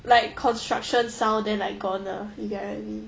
like construction sound then like gonna you get what I mean